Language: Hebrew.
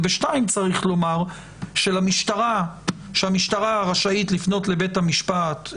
ב-2 צריך לומר שהמשטרה רשאית לפנות לבית המשפט,